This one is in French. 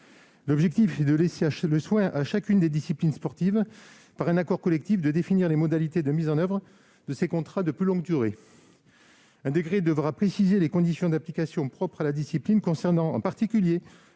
L'objectif est de laisser le soin à chacune des disciplines sportives, par un accord collectif, de définir les modalités de mise en oeuvre de ces contrats de plus longue durée. Un décret devra préciser les conditions d'application propres à la discipline concernant, en particulier,